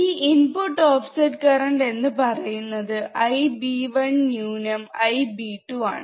ഈ input of set current എന്ന് പറയുന്നത് Ib1 ന്യുനം Ib2 ആണ്